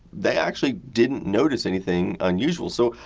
they actually didn't notice anything unusual. so,